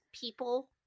people